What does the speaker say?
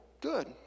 good